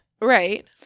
Right